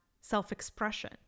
self-expression